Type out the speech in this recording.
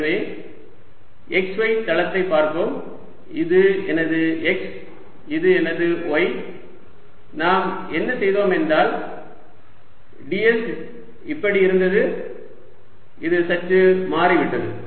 எனவே xy தளத்தை பார்ப்போம் இது எனது x இது எனது y நாம் என்ன செய்தோம் என்றால் ds இப்படி இருந்தது இது சற்று மாறிவிட்டது